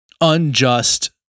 unjust